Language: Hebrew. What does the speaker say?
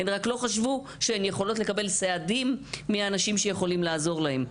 הן רק לא חשבו שהן יכולות לקבל סעדים מהאנשים שיכולים לעזור להן.